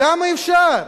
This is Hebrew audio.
כמה אפשר?